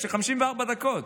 יש לי 54 דקות,